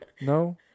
No